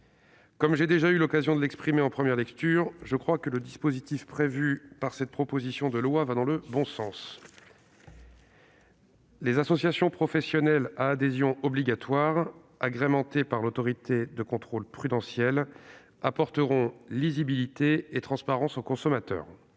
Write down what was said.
Comme j'ai déjà eu l'occasion de l'exprimer en première lecture, je crois que le dispositif prévu par cette proposition de loi va dans le bon sens. Les associations professionnelles à adhésion obligatoire, agréées par l'Autorité de contrôle prudentiel et de résolution, apporteront lisibilité et transparence aux consommateurs.